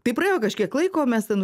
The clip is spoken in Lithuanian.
tai praėjo kažkiek laiko mes ten